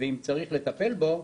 ואם צריך לטפל בו,